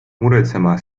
muretsema